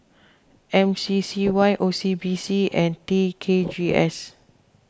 M C C Y O C B C and T K G S